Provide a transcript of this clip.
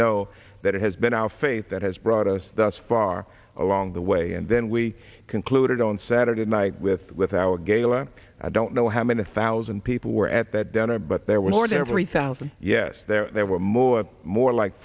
know that it has been our faith that has brought us thus far along the way and then we concluded on saturday night with our gala i don't know how many a thousand people were at that dinner but there were more than three thousand yes there there were more more like